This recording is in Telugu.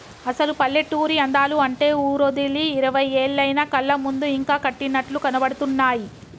అసలు పల్లెటూరి అందాలు అంటే ఊరోదిలి ఇరవై ఏళ్లయినా కళ్ళ ముందు ఇంకా కట్టినట్లు కనబడుతున్నాయి